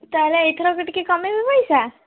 ତାହାଲେ ଏଇଥରକ ଟିକେ କମେଇବେ ପଇସା